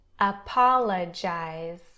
apologize